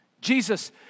Jesus